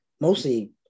mostly